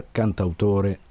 cantautore